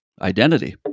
Identity